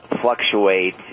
fluctuate